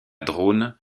dronne